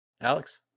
Alex